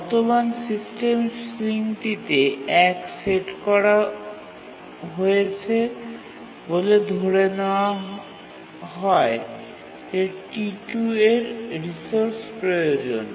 বর্তমান সিস্টেম সিলিংটিতে ১ সেট করা হয়েছে বলে ধরে নেওয়া হয় যে T2 এর রিসোর্স প্রয়োজন